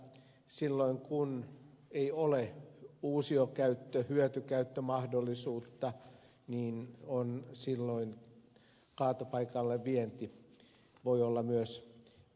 silloin kun ei ole uusiokäyttö hyötykäyttömahdollisuutta voi myös kaatopaikalle vienti olla verotonta